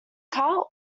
car